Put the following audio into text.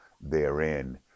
therein